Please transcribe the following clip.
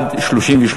התשע"ג 2013,